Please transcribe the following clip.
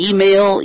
Email